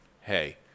hey